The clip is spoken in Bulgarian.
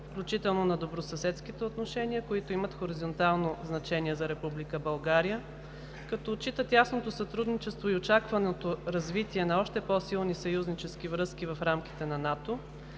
включително на добросъседските отношения, които имат хоризонтално значение за Република България; Като отчита тясното сътрудничество и очакваното развитие на още по-силни съюзнически връзки в рамките на НАТО;